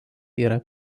yra